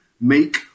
make